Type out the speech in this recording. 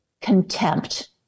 contempt